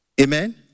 Amen